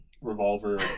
revolver